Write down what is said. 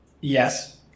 yes